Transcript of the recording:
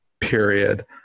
period